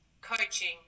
Coaching